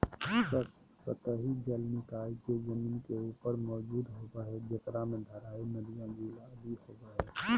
सतही जल निकाय जे जमीन के ऊपर मौजूद होबो हइ, जेकरा में धाराएँ, नदियाँ, झील आदि होबो हइ